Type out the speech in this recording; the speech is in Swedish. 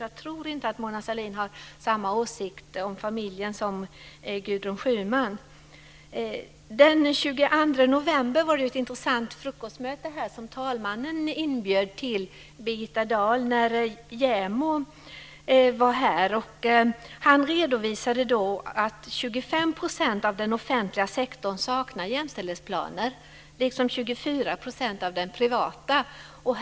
Jag tror inte att Mona Sahlin har samma åsikter om familjen som Gudrun Den 22 november var det ett intressant frukostmöte här i Riksdagshuset som talmannen Birgitta Dahl inbjöd till då JämO var här. Han redovisade att 25 % av den offentliga sektorn saknar jämställdhetsplaner liksom 24 % av den privata sektorn.